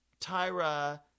Tyra